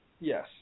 Yes